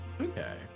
Okay